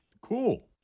Cool